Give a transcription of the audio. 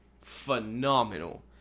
Phenomenal